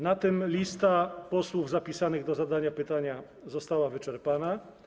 Na tym lista posłów zapisanych do zadania pytania została wyczerpana.